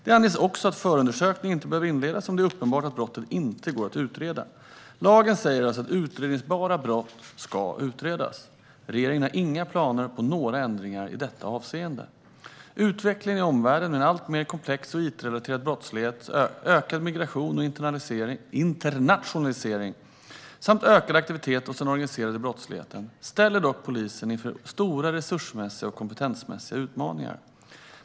Det anges också att förundersökning inte behöver inledas om det är uppenbart att brottet inte går att utreda. Lagen säger alltså att utredningsbara brott ska utredas. Regeringen har inga planer på några ändringar i detta avseende. Utvecklingen i omvärlden, med en alltmer komplex och it-relaterad brottslighet, ökad migration och internationalisering samt ökad aktivitet hos den organiserade brottsligheten, ställer dock polisen inför stora resursmässiga och kompetensmässiga utmaningar.